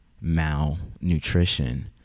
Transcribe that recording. malnutrition